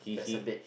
that's a bit